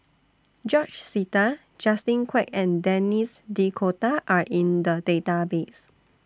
George Sita Justin Quek and Denis D'Cotta Are in The Database